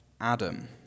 Adam